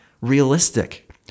realistic